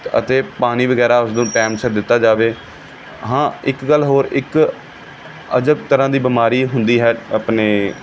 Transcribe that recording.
ਅਤੇ ਪਾਣੀ ਵਗੈਰਾ ਉਸਨੂੰ ਟੈਮ ਸਿਰ ਦਿੱਤਾ ਜਾਵੇ ਹਾਂ ਇੱਕ ਗੱਲ ਹੋਰ ਇੱਕ ਅਜਬ ਤਰ੍ਹਾਂ ਦੀ ਬਿਮਾਰੀ ਹੁੰਦੀ ਹੈ ਆਪਣੇ